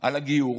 על הגיור